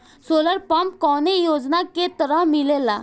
Solar pump कौने योजना के तहत मिलेला?